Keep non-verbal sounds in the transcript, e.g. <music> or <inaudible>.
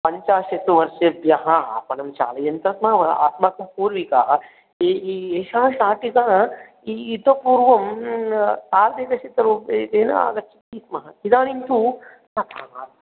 पञ्चाशत्वर्षेभ्यः आपणं चालयन्तः स्मः अस्माकं पूर्विकाः एषा शाटिका इतःपूर्वम् अर्धदशकरूप्यकेण आगच्छन्ति स्मः इदानीं तु <unintelligible>